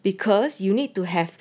because you need to have